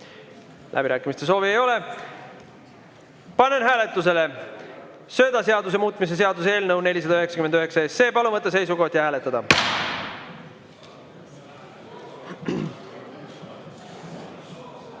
Läbirääkimiste soovi ei ole. Panen hääletusele söödaseaduse muutmise seaduse eelnõu 499. Palun võtta seisukoht ja hääletada!